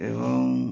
ଏବଂ